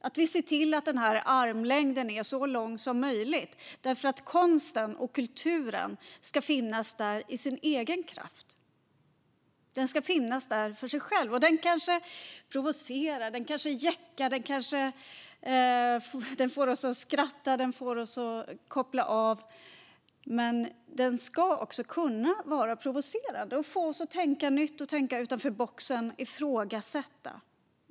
Vi måste se till att armlängden är så lång som möjligt, för konsten och kulturen ska finnas där i sin egen kraft. Den ska finnas där för sig själv. Konsten kanske gäckar, får oss att skratta och får oss att koppla av. Men den ska också kunna vara provocerande och få oss att tänka nytt, tänka utanför boxen och ifrågasätta.